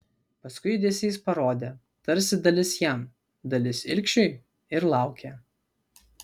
paskui judesiais parodė tarsi dalis jam dalis ilgšiui ir laukė